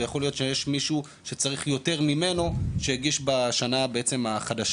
ויכול להיות שיש מישהו שצריך לקבל יותר ממני והגיש בשנה החדשה.